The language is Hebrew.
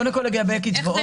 קודם כל לגבי הקצבאות,